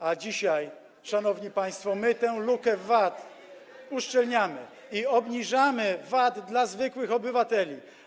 A dzisiaj, szanowni państwo, my tę lukę VAT uszczelniamy i obniżamy VAT dla zwykłych obywateli.